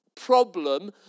problem